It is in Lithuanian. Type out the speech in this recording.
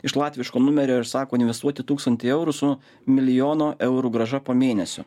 iš latviško numerio ir sako investuoti tūkstantį eurų su milijono eurų grąža po mėnesio